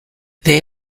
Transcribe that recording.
they